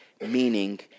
meaning